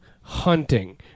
Hunting